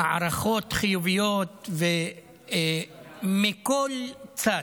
להערכות חיוביות מכל צד,